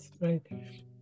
right